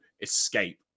escape